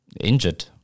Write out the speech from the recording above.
Injured